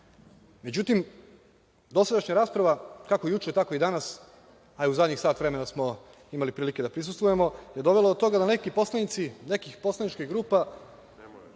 tačke.Međutim, dosadašnja rasprava, kako juče tako i danas, a i u zadnjih sat vremena smo imali prilike da prisustvujemo, je dovela do toga da neki poslanici nekih poslaničkih grupa